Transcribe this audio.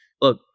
look